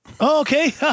Okay